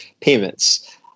payments